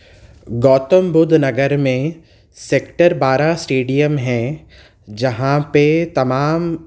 گوتم بدھ نگر میں سیکٹر بارہ اسٹیڈیم ہے جہاں پہ تمام